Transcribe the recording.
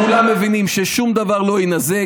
כולם מבינים ששום דבר לא יינזק.